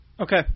Okay